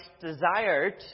desired